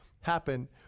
happen